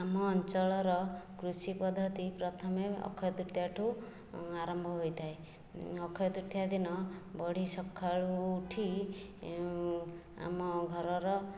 ଆମ ଅଞ୍ଚଳର କୃଷି ପଦ୍ଧତି ପ୍ରଥମେ ଅକ୍ଷୟ ତୃତୀୟାଠୁ ଆରମ୍ଭ ହୋଇଥାଏ ଅକ୍ଷୟ ତୃତୀୟା ଦିନ ବଡ଼ି ସକାଳୁ ଉଠି ଆମ ଘରର